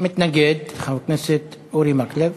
מתנגד חבר הכנסת אורי מקלב.